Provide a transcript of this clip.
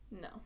No